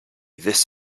this